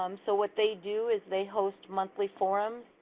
um so what they do is they host monthly forums.